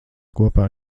kopā